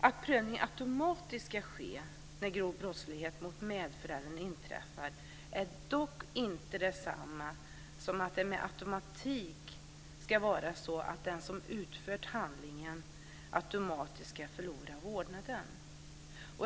Att prövning automatiskt ska ske när grov brottslighet mot medföräldern inträffar är dock inte detsamma som att det med automatik ska vara så att den som har utfört handlingen automatiskt ska förlora vårdnaden.